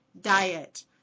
Diet